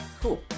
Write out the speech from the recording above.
Cool